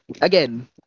again